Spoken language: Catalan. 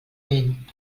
vent